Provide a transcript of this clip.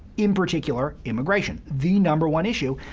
in particular, immigration, the number one issue.